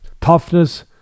toughness